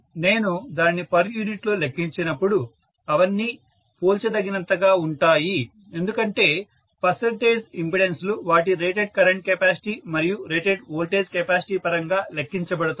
నేను దానిని పర్ యూనిట్లో లెక్కించినప్పుడు అవన్నీ పోల్చదగినంతగా ఉంటాయి ఎందుకంటే పర్సంటేజ్ ఇంపెడెన్స్లు వాటి రేటెడ్ కరెంట్ కెపాసిటీ మరియు రేటెడ్ వోల్టేజ్ కెపాసిటీ పరంగా లెక్కించబడతాయి